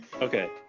Okay